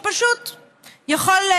שפשוט יכול,